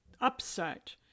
upset